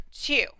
two